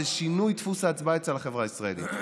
שינוי דפוס ההצבעה אצל החברה הישראלית.